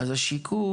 השיכון,